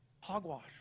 Hogwash